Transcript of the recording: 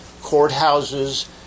courthouses